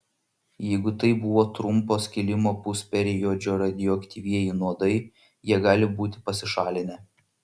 jeigu tai buvo trumpo skilimo pusperiodžio radioaktyvieji nuodai jie gali būti pasišalinę